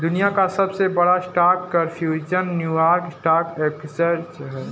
दुनिया का सबसे बड़ा stock exchange New York stock exchange है